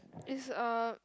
is uh